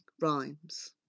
Rhymes